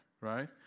right